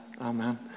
Amen